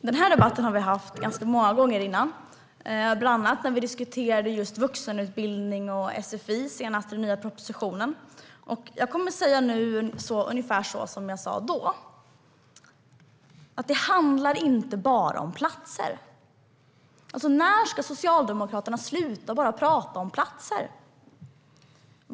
Herr talman! Vi har haft den här debatten ganska många gånger tidigare, bland annat när vi diskuterade just vuxenutbildning och sfi med anledning av den nya propositionen. Jag kommer nu att säga ungefär det som jag sa då, nämligen att det inte bara handlar om antalet platser. När ska Socialdemokraterna sluta att bara tala om antalet platser?